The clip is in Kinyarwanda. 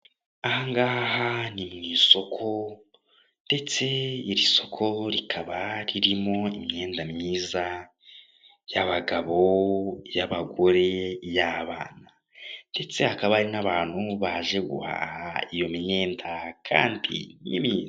Ahangaha ni mu isoko ndetse iri soko rikaba ririmo imyenda myiza y'abagabo, iy'abagore, iy'abana ndetse hakaba hari n'abantu baje guhaha iyo myenda kandi myiza.